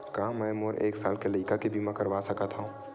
का मै मोर एक साल के लइका के बीमा करवा सकत हव?